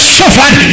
suffered